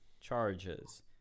charges